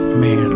man